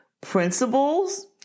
principles